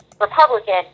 Republican